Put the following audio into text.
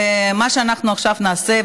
מה שאנחנו נעשה עכשיו,